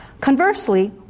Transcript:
Conversely